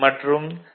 மற்றும் டி